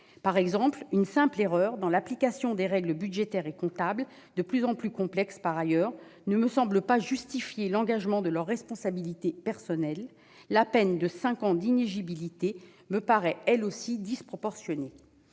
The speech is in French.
Par exemple, une simple erreur dans l'application des règles budgétaires et comptables, lesquelles sont par ailleurs de plus en plus complexes, ne me semble pas justifier l'engagement de leur responsabilité personnelle. La peine de cinq ans d'inéligibilité me paraît elle aussi disproportionnée.